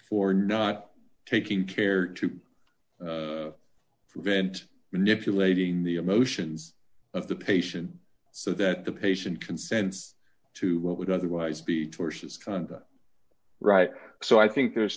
for not taking care to prevent manipulating the emotions of the patient so that the patient consents to what would otherwise be forces right so i think there's